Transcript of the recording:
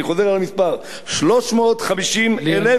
אני חוזר על המספר: שלוש מאות וחמישים אלף,